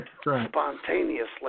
Spontaneously